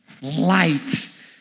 light